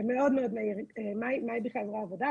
מהי בכלל זרוע העבודה,